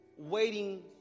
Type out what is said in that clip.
Waiting